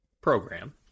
program